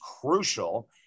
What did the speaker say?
crucial